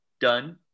done